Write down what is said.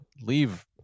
leave